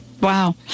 Wow